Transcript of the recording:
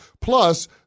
Plus